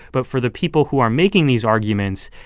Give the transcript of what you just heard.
but for the people who are making these arguments,